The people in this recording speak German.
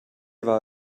war